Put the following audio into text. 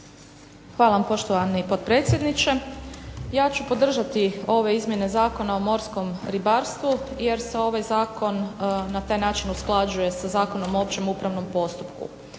Hvala vam, poštovani potpredsjedniče. Ja ću podržati ove izmjene Zakona o morskom ribarstvu jer se ovaj zakon na taj način usklađuje sa Zakonom o općem upravnom postupku.